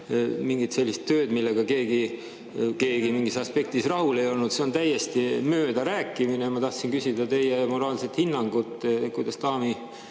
mingit sellist tööd, millega keegi mingis aspektis rahul ei olnud. See on täiesti möödarääkimine. Ma tahtsin küsida teie moraalset hinnangut, kuidas daami